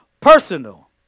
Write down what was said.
personal